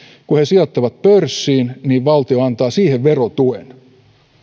sijoittavat pörssiin valtio antaa siihen verotuen